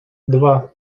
два